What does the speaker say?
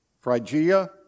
Phrygia